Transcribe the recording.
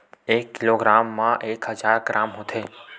एक किलोग्राम मा एक हजार ग्राम होथे